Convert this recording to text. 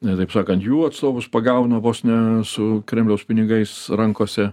ir taip sakant jų atstovus pagauna vos ne su kremliaus pinigais rankose